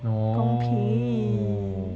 okay